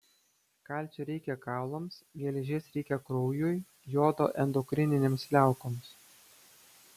kalcio reikia kaulams geležies reikia kraujui jodo endokrininėms liaukoms